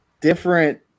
different